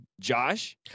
Josh